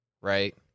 Right